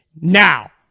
now